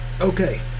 Okay